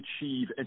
achieve